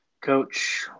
coach